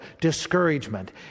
discouragement